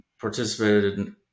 Participated